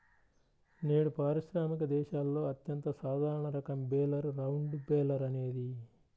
నేడు పారిశ్రామిక దేశాలలో అత్యంత సాధారణ రకం బేలర్ రౌండ్ బేలర్ అనేది